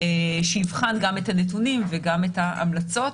שיבחן גם את הנתונים וגם את ההמלצות